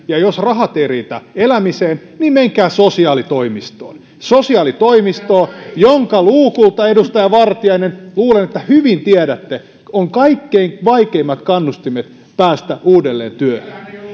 ja jos rahat eivät riitä elämiseen menkää sosiaalitoimistoon sosiaalitoimistoon jonka luukulta edustaja vartiainen luulen että hyvin tiedätte on kaikkein vaikeimmat kannustimet päästä uudelleen työhön